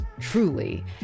truly